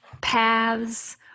paths